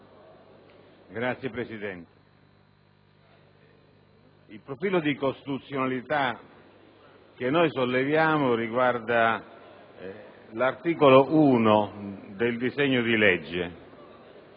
Signor Presidente, il profilo di incostituzionalità che noi solleviamo riguarda l'articolo 1 del decreto-legge.